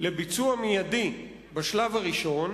לביצוע מיידי בשלב הראשון,